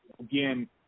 again